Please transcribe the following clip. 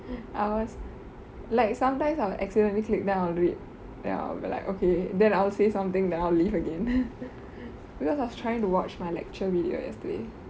I was like sometimes I will accidentally click then I'll read then I'll be like okay then I'll say something then I'll leave again because I was trying to watch my lecture video yesterday